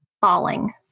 falling